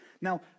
Now